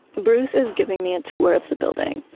bruce is giving me a tour of the building.